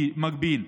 מקביל,